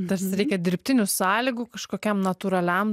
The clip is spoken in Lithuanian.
tas reikia dirbtinių sąlygų kažkokiam natūraliam